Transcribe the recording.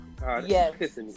Yes